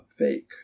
fake